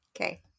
Okay